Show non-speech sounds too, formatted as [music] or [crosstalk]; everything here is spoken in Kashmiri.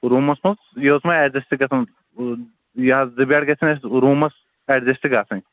روٗمس منٛز یٔژ وۅنۍ ایٚڈجسٹ گژھن [unintelligible] یہِ حظ زٕ بیٚڈ گژھن اَسہِ روٗمس ایٚڈجسٹ گژھٕنۍ